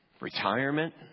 retirement